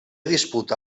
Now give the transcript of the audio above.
disputà